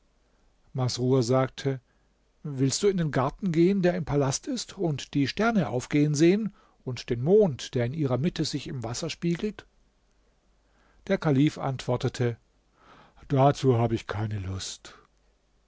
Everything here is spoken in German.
masrur sagte willst du in den garten gehen der im palast ist und die sterne aufgehen sehen und den mond der in ihrer mitte sich im wasser spiegelt der kalif antwortete dazu habe ich keine lust